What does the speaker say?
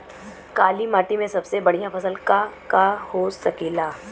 काली माटी में सबसे बढ़िया फसल का का हो सकेला?